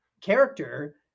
character